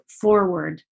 forward